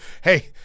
Hey